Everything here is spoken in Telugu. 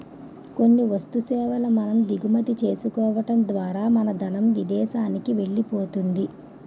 కొన్ని వస్తు సేవల మనం దిగుమతి చేసుకోవడం ద్వారా మన ధనం విదేశానికి వెళ్ళిపోతుంది